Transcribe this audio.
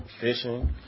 fishing